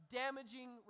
damaging